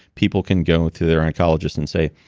people can go to their oncologists and say,